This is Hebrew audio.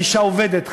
לאישה עובדת,